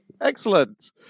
Excellent